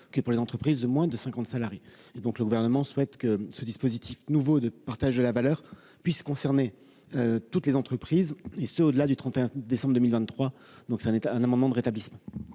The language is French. pour les entreprises de moins de cinquante salariés. Le Gouvernement souhaite que ce dispositif nouveau de partage de la valeur puisse concerner toutes les entreprises, et ce au-delà du 31 décembre 2023. L'amendement n° 22, présenté